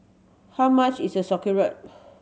how much is a Sauerkraut